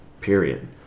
period